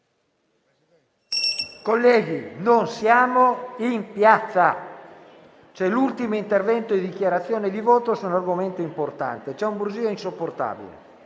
non siamo in piazza! C'è l'ultimo intervento in dichiarazione di voto su un argomento importante. C'è un brusìo insopportabile.